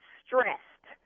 stressed